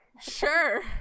sure